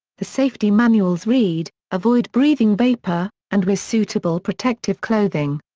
the safety manuals read avoid breathing vapor and wear suitable protective clothing.